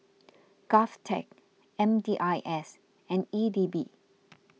Govtech M D I S and E D B